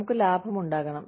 നമുക്ക് ലാഭമുണ്ടാക്കണം